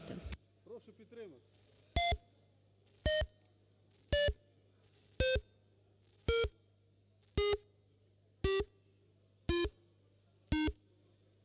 Прошу підтримати.